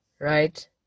Right